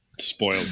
Spoiled